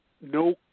no